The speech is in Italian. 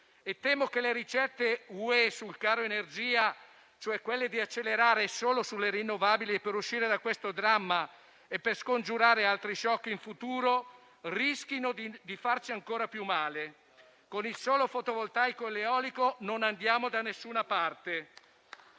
temo che le ricette UE sul caro energia, cioè accelerare solo sulle rinnovabili per uscire da questo dramma e per scongiurare altri *shock* nel futuro, rischino di farci ancora più male. Con il solo fotovoltaico e l'eolico non andiamo da nessuna parte.